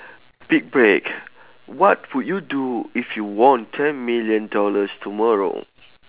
pit break what would you do if you won ten million dollars tomorrow